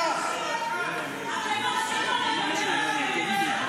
זה מה שאני הולך לעשות,